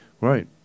Right